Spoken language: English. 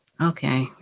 Okay